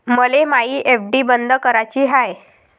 मले मायी एफ.डी बंद कराची हाय